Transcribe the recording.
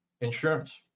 insurance